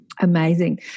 Amazing